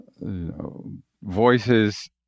voices